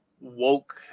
woke